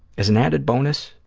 as an added bonus,